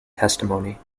testimony